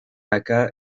acá